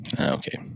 okay